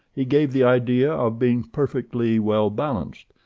he gave the idea of being perfectly well-balanced,